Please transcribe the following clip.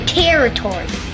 territory